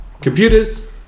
Computers